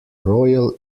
royal